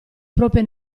proprie